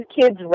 kids